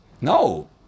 No